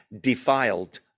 defiled